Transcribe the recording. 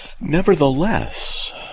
Nevertheless